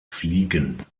fliegen